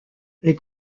les